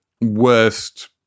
worst